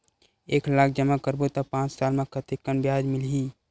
एक लाख जमा करबो त पांच साल म कतेकन ब्याज मिलही?